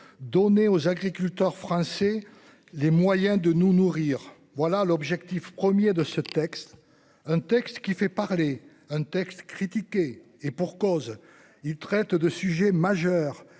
Donner aux agriculteurs français. Les moyens de nous nourrir, voilà l'objectif 1er de ce texte, un texte qui fait parler un texte critiqué et pour cause, ils traitent de sujets majeurs,